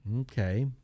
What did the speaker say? Okay